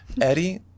eddie